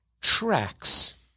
tracks